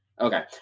Okay